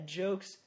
jokes